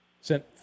Sent